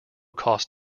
cost